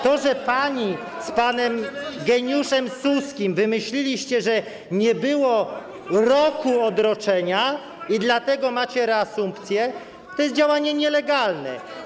To, że pani z panem geniuszem Suskim wymyśliliście, że nie było roku odroczenia i dlatego macie reasumpcję, to jest działanie nielegalne.